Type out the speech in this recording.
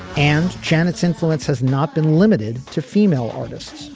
and janet's influence has not been limited to female artists.